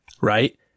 right